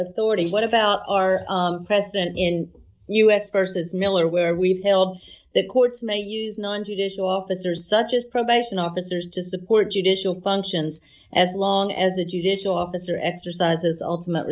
authority what about our president in u s versus miller where we've held the courts may use non judicial officers such as probation officers to support judicial functions as long as a judicial officer exercises ultimate